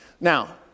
Now